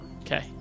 Okay